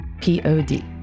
P-O-D